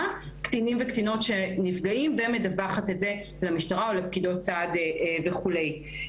קטינים וקטינות שנפגעים ומדווחת את זה למשטרה ולפקידות סעד וכו'.